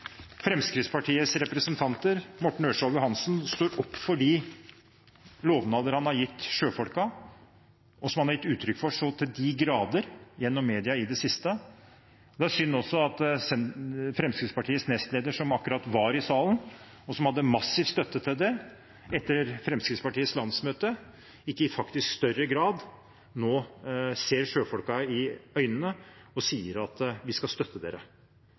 Fremskrittspartiets representant, Morten Ørsal Johansen, står opp for de lovnader han har gitt sjøfolkene, og som han til de grader har gitt uttrykk for i media i det siste. Det er også synd at Fremskrittspartiets nestleder, som nettopp var i salen, og som hadde massiv støtte for det etter Fremskrittspartiets landsmøte, ikke i større grad nå ser sjøfolkene i øynene og sier: Vi skal støtte dere.